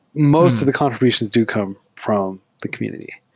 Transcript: most of the contr ibutions do come from the community.